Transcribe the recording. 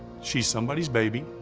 she's somebody's baby,